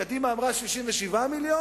קדימה אמרה 67 מיליון,